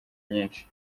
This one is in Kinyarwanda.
nyinshi